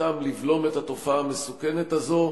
שתכליתן לבלום את התופעה המסוכנת הזאת.